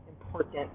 important